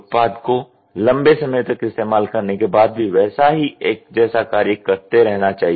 उत्पाद को लंबे समय तक इस्तेमाल करने के बाद भी वैसा ही एक जैसा कार्य करते रहना चाहिए